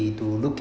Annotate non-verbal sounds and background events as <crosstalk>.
<breath>